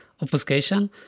obfuscation